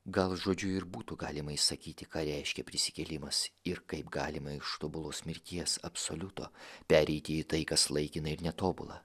gal žodžiu ir būtų galima išsakyti ką reiškia prisikėlimas ir kaip galima iš tobulos mirties absoliuto pereiti į tai kas laikina ir netobula